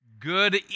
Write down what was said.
Good